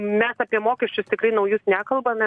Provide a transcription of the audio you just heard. mes apie mokesčius tikrai naujus nekalbame